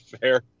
fair